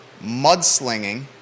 mudslinging